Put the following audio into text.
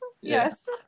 yes